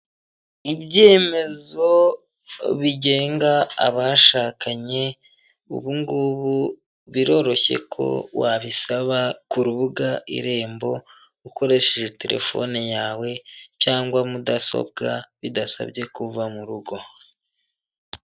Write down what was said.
Ibyemezo bigenga abashakanye, ubu ngubu biroroshye ko wabisaba ku rubuga irembo, ukoresheje telefone yawe cyangwa mudasobwa bidasabye ko uva mu rugo.